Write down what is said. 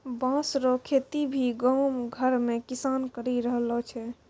बाँस रो खेती भी गाँव घर मे किसान करि रहलो छै